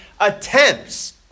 attempts